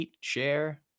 share